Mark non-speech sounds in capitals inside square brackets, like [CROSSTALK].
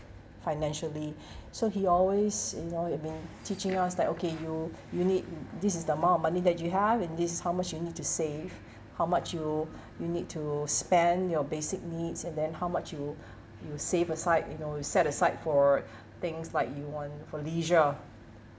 financially [BREATH] so he always you know what I mean teaching us like okay you you need this is the amount of money that you have and this is how much you need to save how much you [BREATH] you need to spend your basic needs and then how much you [BREATH] you save aside you know you set aside for [BREATH] things like you want for leisure